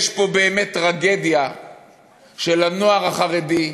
יש פה טרגדיה של הנוער החרדי,